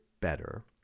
better